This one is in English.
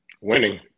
Winning